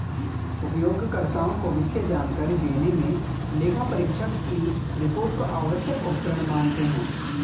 उपयोगकर्ताओं को वित्तीय जानकारी देने मे लेखापरीक्षक की रिपोर्ट को आवश्यक उपकरण मानते हैं